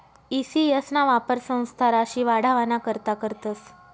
E CS ना वापर संस्था राशी वाढावाना करता करतस